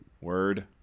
Word